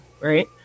right